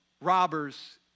robbers